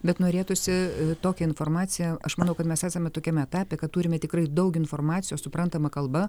bet norėtųsi tokią informaciją aš manau kad mes esame tokiame etape kad turime tikrai daug informacijos suprantama kalba